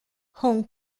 hong